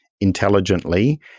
intelligently